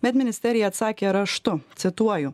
bet ministerija atsakė raštu cituoju